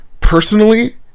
personally